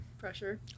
pressure